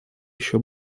еще